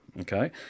okay